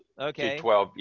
okay